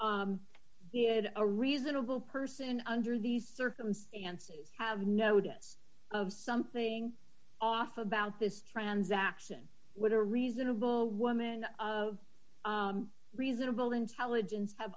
is a reasonable person under these circumstances have notice of something off about this transaction what a reasonable woman of reasonable intelligence have